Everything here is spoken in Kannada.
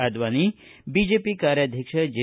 ಅಡ್ವಾಣಿ ಬಿಜೆಪಿ ಕಾರ್ಯಾಧ್ಯಕ್ಷ ಜೆ